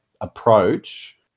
approach